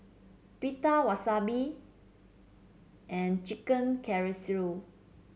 Pita Wasabi and Chicken Casserole